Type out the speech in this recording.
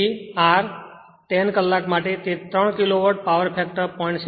તેથી R10 કલાક માટે તે 3 કિલોવોટ પાવર ફેક્ટર 0